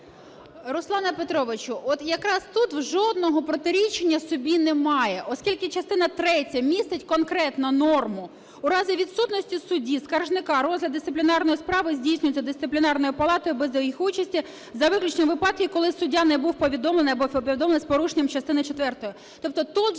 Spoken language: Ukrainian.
Руслане Петровичу, от якраз тут жодного протиріченн собі не має, оскільки частина третя містить конкретно норму: "У разі відсутності судді, скаржника розгляд дисциплінарної справи здійснюється Дисциплінарною палатою без їх участі за виключенням випадків, коли суддя не був повідомлений або повідомлений з порушенням частини четвертої…" Тобто тут же